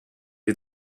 les